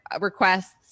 requests